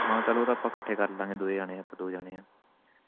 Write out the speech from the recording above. ਹਾਂ ਚਲ ਉਹ ਤਾਂ ਆਪਾਂ ਇਕੱਠੇ ਕਰ ਲਾਂਗੇ ਦੋਏ ਜਾਣੇ ਦੋ ਜਾਣੇ ਆ